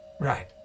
Right